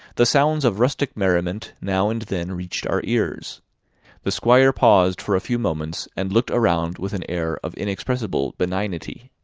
the sounds of rustic merriment now and then reached our ears the squire paused for a few moments, and looked around with an air of inexpressible benignity.